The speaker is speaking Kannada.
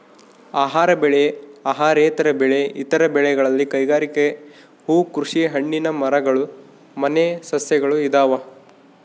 ಆಹಾರ ಬೆಳೆ ಅಹಾರೇತರ ಬೆಳೆ ಇತರ ಬೆಳೆಗಳಲ್ಲಿ ಕೈಗಾರಿಕೆ ಹೂಕೃಷಿ ಹಣ್ಣಿನ ಮರಗಳು ಮನೆ ಸಸ್ಯಗಳು ಇದಾವ